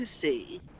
see